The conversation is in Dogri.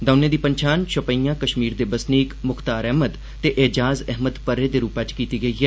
दौनें दी पन्छान शोपियां कश्मीर दे बसनीक मुख्तार अहमद ते ऐजाज़ अहमद पर्रे दे रूपै च कीती गेई ऐ